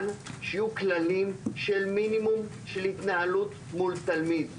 שיהיו כללים של מינימום של התנהלות מול תלמיד.